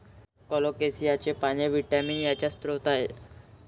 कोलोकेसियाची पाने व्हिटॅमिन एचा उत्कृष्ट स्रोत आहेत